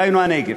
דהיינו הנגב?